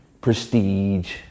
prestige